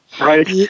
right